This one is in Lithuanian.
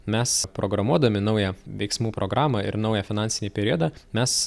mes programuodami naują veiksmų programą ir naują finansinį periodą mes